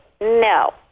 No